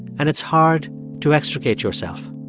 and it's hard to extricate yourself.